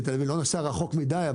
אני לא נוסע רחוק מדי,